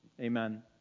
Amen